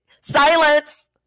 silence